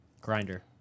grinder